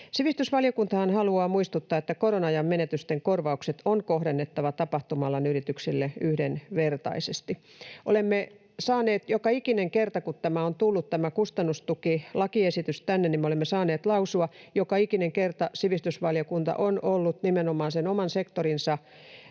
Sivistysvaliokuntahan haluaa muistuttaa, että korona-ajan menetysten korvaukset on kohdennettava tapahtuma-alan yrityksille yhdenvertaisesti. Olemme joka ikinen kerta, kun tämä kustannustukilakiesitys on tullut tänne, saaneet lausua. Joka ikinen kerta sivistysvaliokunta on ollut nimenomaan oman sektorinsa